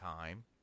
time